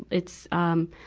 it's, um,